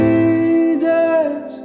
Jesus